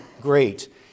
great